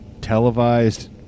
televised